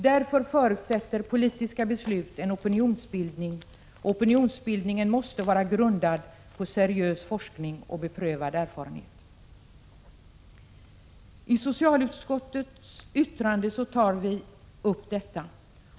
Därför förutsätter politiska beslut en opinionsbildning. Opinionsbildningen måste vara grundad på seriös forskning och beprövad erfarenhet. I socialutskottets yttrande tar vi upp detta.